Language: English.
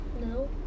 No